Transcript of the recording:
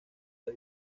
las